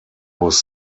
was